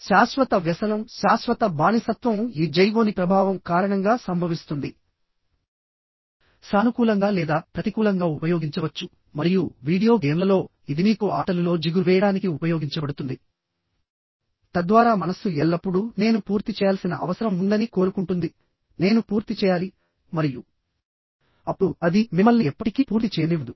శాశ్వత వ్యసనం శాశ్వత బానిసత్వం ఈ జైగోనిక్ ప్రభావం కారణంగా సంభవిస్తుంది సానుకూలంగా లేదా ప్రతికూలంగా ఉపయోగించవచ్చు మరియు వీడియో గేమ్లలోఇది మీకు ఆటలు ల్లో జిగురు వేయడానికి ఉపయోగించబడుతుంది తద్వారా మనస్సు ఎల్లప్పుడూ నేను పూర్తి చేయాల్సిన అవసరం ఉందని కోరుకుంటుంది నేను పూర్తి చేయాలి మరియు అప్పుడు అది మిమ్మల్ని ఎప్పటికీ పూర్తి చేయనివ్వదు